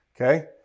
Okay